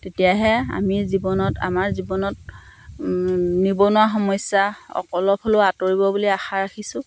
তেতিয়াহে আমি জীৱনত আমাৰ জীৱনত নিবনুৱা সমস্যা অক অলপ হ'লেও আঁতৰিব বুলি আশা ৰাখিছোঁ